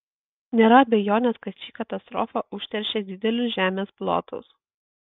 nėra abejonės kad ši katastrofa užteršė didelius žemės plotus